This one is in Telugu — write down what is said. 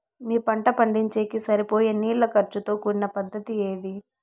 మీ పంట పండించేకి సరిపోయే నీళ్ల ఖర్చు తో కూడిన పద్ధతి ఏది?